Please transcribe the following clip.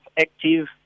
active